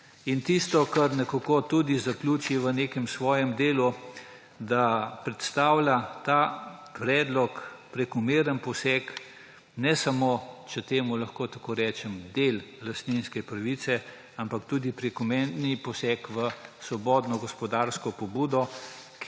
In tisto, kar nekako tudi zaključi v nekem svojem delu, da predstavlja ta predlog prekomeren poseg ne samo, če temu lahko tako rečem, v del lastninske pravice, ampak tudi prekomerni poseg v svobodno gospodarsko pobudo,